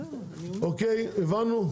הבנו?